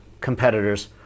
competitors